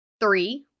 three